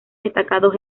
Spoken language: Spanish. destacados